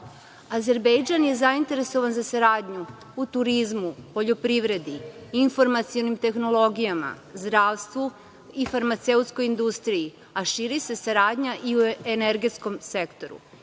nivou. Azerbejdžan je zainteresovan za saradnju u turizmu, poljoprivredi, informacionim tehnologijama, zdravstvu i farmaceutskoj industriji, a širi se saradnja i u energetskom sektoru.